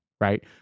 Right